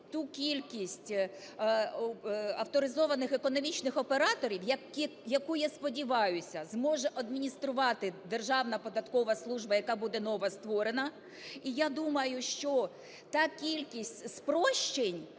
ту кількість авторизованих економічних операторів, яку, я сподіваюся, зможе адмініструвати Державна податкова служба, яка буде нова створена. І я думаю, що та кількість спрощень,